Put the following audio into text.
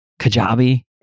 Kajabi